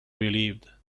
relieved